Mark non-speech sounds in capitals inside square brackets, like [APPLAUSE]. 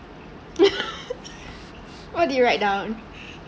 [LAUGHS] what did you write down